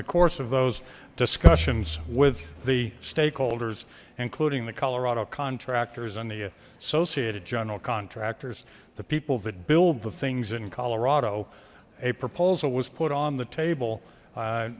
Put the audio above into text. the course of those discussions with the stakeholders including the colorado contractors and the associated general contractor's the people that build the things in colorado a proposal was put on the table